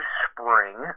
spring